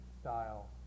style